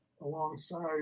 alongside